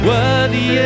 Worthy